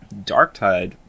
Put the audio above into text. Darktide